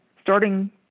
starting